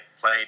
played